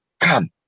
come